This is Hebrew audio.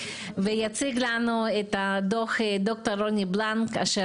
יציג לנו את הדו"ח ד"ר רוני בלנק אשר